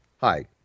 Hi